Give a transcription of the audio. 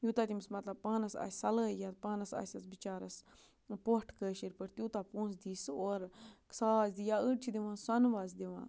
یوٗتاہ تٔمِس مَطلب پانَس آسہِ صَلٲحیت پانَس آسٮ۪س بِچارَس پۄٹھ کٲشِر پٲٹھۍ تیوٗتاہ پونٛسہٕ دی سُہ اورٕ ساس دیٖیا یا أڑۍ چھِ دِوان سۄنہٕ وَس دِوان